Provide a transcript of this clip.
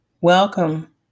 welcome